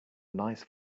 nice